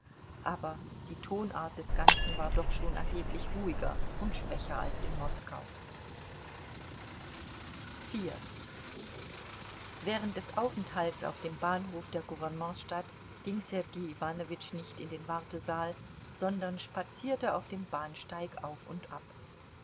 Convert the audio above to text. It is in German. aber die tonart des ganzen war doch schon erheblich ruhiger und schwächer als in moskau während des aufenthalts auf dem bahnhof der gouvernementsstadt ging sergei iwanowitsch nicht in den wartesaal sondern spazierte auf dem bahnsteig auf und ab